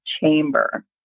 chamber